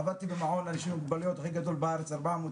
עבדתי במעון הכי גדול בארץ לאנשים עם מוגבלויות,